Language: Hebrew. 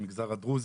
המגזר הדרוזי,